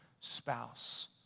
spouse